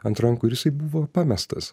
ant rankų ir jisai buvo pamestas